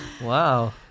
Wow